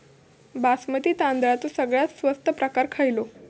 बासमती तांदळाचो सगळ्यात स्वस्त प्रकार खयलो?